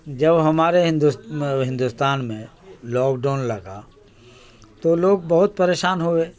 جب ہمارے ہندوستان میں لاک ڈاؤن لگا تو لوگ بہت پریشان ہوئے